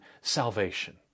salvation